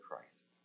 Christ